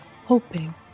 hoping